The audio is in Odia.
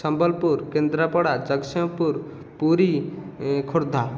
ସମ୍ବଲପୁର କେନ୍ଦ୍ରାପଡ଼ା ଜଗତସିଂହପୁର ପୁରୀ ଖୋର୍ଦ୍ଧା